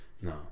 no